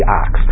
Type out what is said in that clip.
ox